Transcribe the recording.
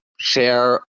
share